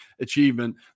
achievement